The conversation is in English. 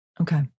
Okay